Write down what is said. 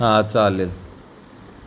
हा चालेल